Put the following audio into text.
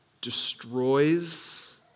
destroys